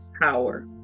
power